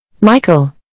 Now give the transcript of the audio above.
Michael